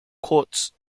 courts